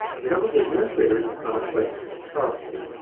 the number of administrators has gone up quite sharply,